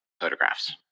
photographs